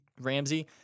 Ramsey